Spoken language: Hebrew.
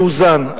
מאוזן,